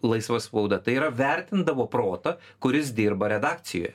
laisva spauda tai yra vertindavo protą kuris dirba redakcijoj